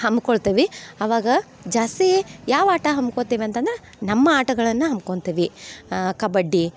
ಹಮ್ಕೊಳ್ತೇವೆ ಅವಾಗ ಜಾಸ್ತಿ ಯಾವ ಆಟ ಹಮ್ಕೋತೇವೆ ಅಂತಂದ್ರೆ ನಮ್ಮ ಆಟಗಳನ್ನು ಹಮ್ಕೊಂತೇವೆ ಕಬಡ್ಡಿ